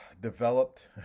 developed